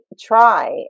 try